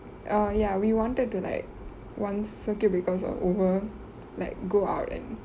err ya we wanted to like once circuit breaker is over like go out and